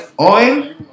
oil